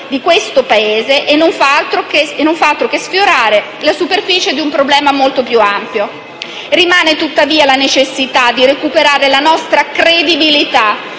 del Paese e non fa altro ch sfiorare la superficie di un problema più ampio. Rimane, tuttavia, la necessità di recuperare la nostra credibilità